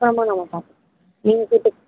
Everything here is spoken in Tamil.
மாட்டான் நீங்கள்